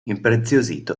impreziosito